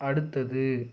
அடுத்தது